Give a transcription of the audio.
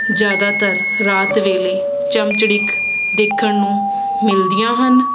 ਜ਼ਿਆਦਾਤਰ ਰਾਤ ਵੇਲੇ ਚਮਚੜਿੱਕ ਦੇਖਣ ਨੂੰ ਮਿਲਦੀਆਂ ਹਨ